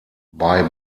bei